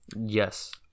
Yes